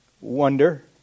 wonder